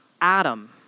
Adam